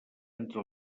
entre